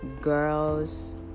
girls